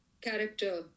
character